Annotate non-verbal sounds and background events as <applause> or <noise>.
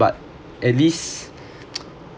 but at least <noise>